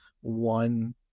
one